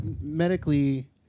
medically